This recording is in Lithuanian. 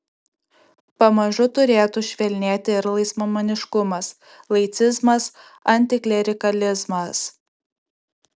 pamažu turėtų švelnėti ir laisvamaniškumas laicizmas antiklerikalizmas